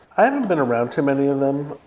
i haven't been around to many of them.